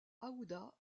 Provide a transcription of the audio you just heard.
aouda